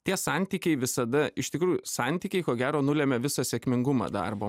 tie santykiai visada iš tikrųjų santykiai ko gero nulemia visą sėkmingumą darbo